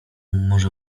może